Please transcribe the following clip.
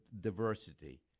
diversity